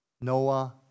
Noah